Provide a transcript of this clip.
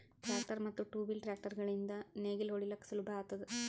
tractor ಮತ್ತ್ two wheel tractor ಗಳಿಂದ್ ನೇಗಿಲ ಹೊಡಿಲುಕ್ ಸುಲಭ ಆತುದ